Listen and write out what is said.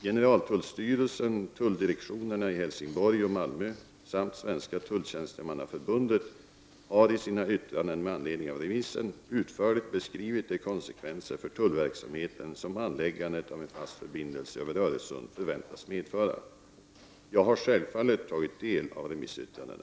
Generaltullstyrelsen, tulldirektionerna i Helsingborg och Malmö samt Svenska tulltjänstemannaförbundet har i sina yttranden med anledning av remissen utförligt beskrivit de konsekvenser för tullverksamheten som anläggandet av en fast förbindelse över Öresund förväntas medföra. Jag har självfallet tagit del av remissyttrandena.